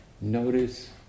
Notice